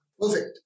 Perfect